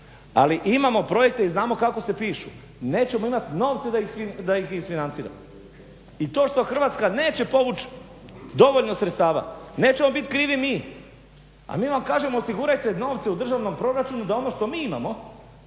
ali imamo projekte i znamo kako se pišu. Nećemo imati novce da ih isfinanciramo. I to što Hrvatska neće povući dovoljno sredstava nećemo biti krivi mi. A mi vam kažemo osigurajte novce u državnom proračunu da ono što mi imamo